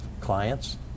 clients